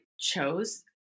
chose